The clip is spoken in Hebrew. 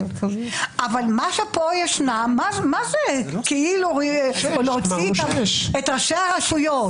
אבל כאן מה זה כאילו להוציא את ראשי הרשויות?